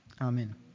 Amen